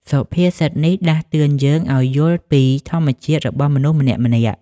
សុភាសិតនេះដាស់តឿនយើងឱ្យយល់ពីធម្មជាតិរបស់មនុស្សម្នាក់ៗ។